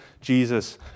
Jesus